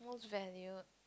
venue